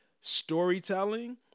storytelling